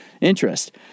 interest